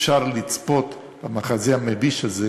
אפשר לצפות במחזה המביש הזה